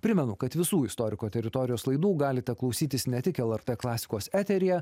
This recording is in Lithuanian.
primenu kad visų istoriko teritorijos laidų galite klausytis ne tik lrt klasikos eteryje